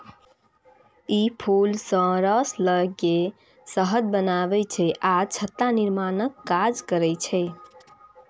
ई फूल सं रस लए के शहद बनबै छै आ छत्ता निर्माणक काज करै छै